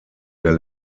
der